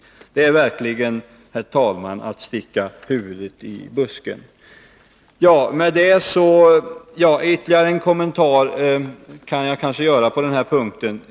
Detta är verkligen, herr talman, att sticka huvudet i busken. Jag kan göra ytterligare en kommentar på den punkten.